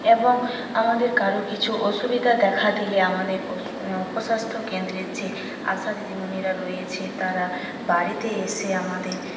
এবং আমাদের কারও কিছু অসুবিধা দেখা দিলে আমাদের উপস্বাস্থ্য কেন্দ্রে যে আশা দিদিমণিরা রয়েছে তারা বাড়িতে এসে আমাদের